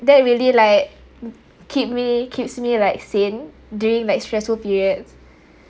that really like keep me keeps me like sane during like stressful periods